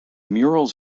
murals